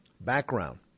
Background